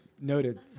noted